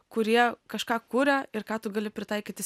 kurie kažką kuria ir ką tu gali pritaikyti